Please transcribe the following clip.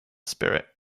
spirit